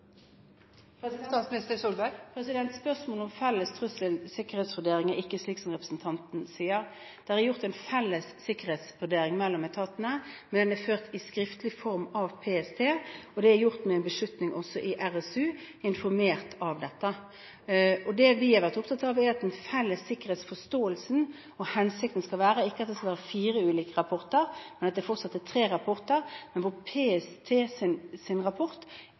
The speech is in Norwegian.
Spørsmålet om felles trussel-/sikkerhetsvurdering er ikke slik som representanten sier. Det er gjort en felles sikkerhetsvurdering mellom etatene, men den er ført i skriftlig form av PST, og det er gjort med en forankring også i RSU, som er informert om dette. Det vi har vært opptatt av, er at den felles sikkerhetsforståelsen og hensikten ikke er at det skal være fire ulike rapporter, men at det fortsatt er tre rapporter, hvor